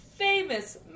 Famous